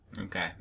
Okay